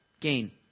gain